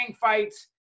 fights